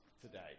today